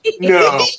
no